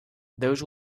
deus